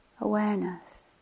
awareness